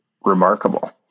remarkable